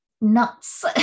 nuts